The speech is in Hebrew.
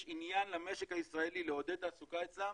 עניין למשק הישראלי לעודד תעסוקה אצלם,